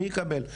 מי יקבל,